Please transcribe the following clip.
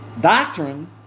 Doctrine